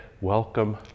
welcome